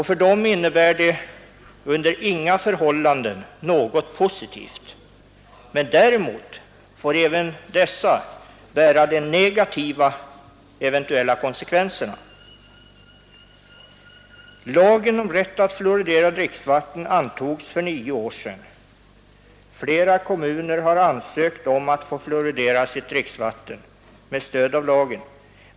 För dem innebär det under inga förhållanden något positivt, men däremot får även de bära de eventuella negativa konsekvenserna. Lagen om rätt att fluoridera dricksvatten antogs för nio år sedan. Flera kommuner har ansökt om att få fluoridera sitt dricksvatten med stöd av lagen.